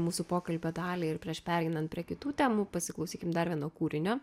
mūsų pokalbio dalį ir prieš pereinan prie kitų temų pasiklausykim dar vieno kūrinio